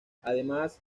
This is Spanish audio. además